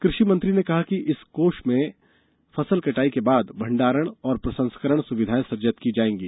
कृषि मंत्री ने कहा कि इस कोष से फसल कटाई के बाद भंडारण और प्रसंस्करण सुविधाएं सुजित की जाएंगी